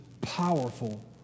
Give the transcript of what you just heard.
powerful